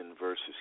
versus